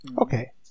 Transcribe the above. Okay